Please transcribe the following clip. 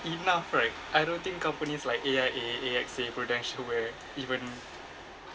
enough right I don't think companies like A_I_A A_X_A prudential will even